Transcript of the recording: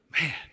Man